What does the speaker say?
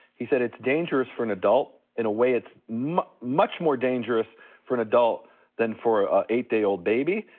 he said, it's dangerous for an adult in a way it's much more dangerous for an adult than for a eight day old baby,